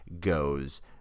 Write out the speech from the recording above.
goes